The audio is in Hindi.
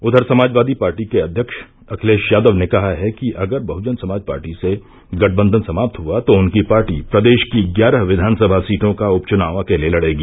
उधर समाजवादी पार्टी के अध्यक्ष अखिलेश यादव ने कहा है कि अगर बह्जन समाज पार्टी से गठबंधन समाप्त हुआ तो उनकी पार्टी प्रदेश की ग्यारह विधानसभा सीटों का उपचुनाव अकेले लड़ेगी